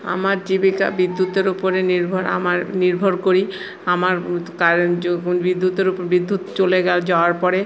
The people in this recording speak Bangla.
আমার জীবিকা বিদ্যুতের ওপরে নির্ভর আমার নির্ভর করি আমার কারেন্ট যখন বিদ্যুতের ওপর বিদ্যুৎ চলে যাওয়ার গেল পরে